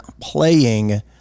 playing